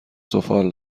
سفال